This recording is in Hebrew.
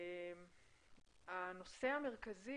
הנושא המרכזי